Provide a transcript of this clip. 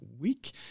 week